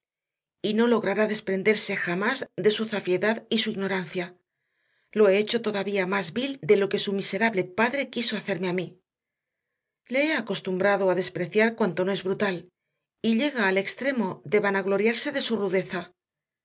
después y no logrará desprenderse jamás de su zafiedad y su ignorancia lo he hecho todavía más vil de lo que su miserable padre quiso hacerme a mí le he acostumbrado a despreciar cuanto no es brutal y llega al extremo de vanagloriarse de su rudeza